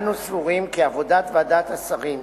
אנו סבורים כי עבודת ועדת השרים,